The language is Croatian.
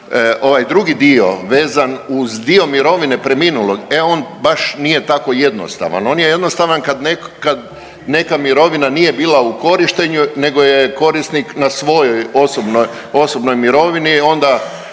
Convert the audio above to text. ovaj drugi dio vezan uz dio mirovine preminulog, e on baš nije tako jednostavan, on je jednostavan kad neka mirovina nije bila u korištenju nego je korisnik na svojoj osobnoj, osobnoj